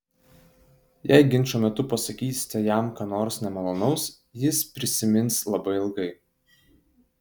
jei ginčo metu pasakysite jam ką nors nemalonaus jis prisimins labai ilgai